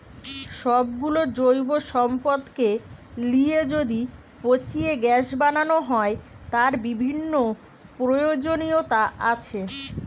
সব গুলো জৈব সম্পদকে লিয়ে যদি পচিয়ে গ্যাস বানানো হয়, তার বিভিন্ন প্রয়োজনীয়তা আছে